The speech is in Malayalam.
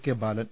കെ ബാലൻ